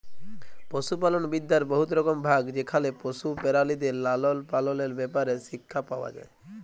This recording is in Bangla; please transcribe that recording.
পশুপালল বিদ্যার বহুত রকম ভাগ যেখালে পশু পেরালিদের লালল পাললের ব্যাপারে শিখ্খা পাউয়া যায়